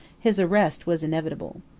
his arrest was inevitable.